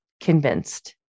convinced